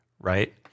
right